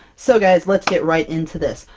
so guys, let's get right into this!